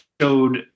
showed